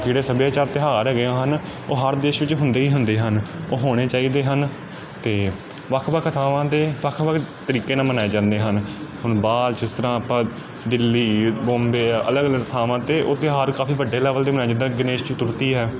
ਜਿਹੜੇ ਸੱਭਿਆਚਾਰ ਤਿਉਹਾਰ ਹੈਗੇ ਆ ਹਨ ਉਹ ਹਰ ਦੇਸ਼ ਵਿੱਚ ਹੁੰਦੇ ਹੀ ਹੁੰਦੇ ਹਨ ਉਹ ਹੋਣੇ ਚਾਹੀਦੇ ਹਨ ਅਤੇ ਵੱਖ ਵੱਖ ਥਾਵਾਂ 'ਤੇ ਵੱਖ ਵੱਖ ਤਰੀਕੇ ਨਾਲ ਮਨਾਏ ਜਾਂਦੇ ਹਨ ਹੁਣ ਬਾਹਰ ਜਿਸ ਤਰ੍ਹਾਂ ਆਪਾਂ ਦਿੱਲੀ ਬੰਬੇ ਅਲੱਗ ਅਲੱਗ ਥਾਵਾਂ 'ਤੇ ਉਹ ਤਿਉਹਾਰ ਕਾਫੀ ਵੱਡੇ ਲੈਵਲ 'ਤੇ ਮਨਾਏ ਜਿੱਦਾਂ ਗਣੇਸ਼ ਚਤੁਰਥੀ ਹੈ